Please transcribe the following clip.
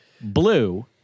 blue